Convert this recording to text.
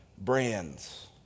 brands